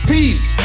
Peace